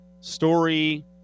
story